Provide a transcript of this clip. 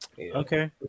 Okay